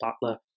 Butler